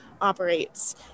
Operates